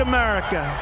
America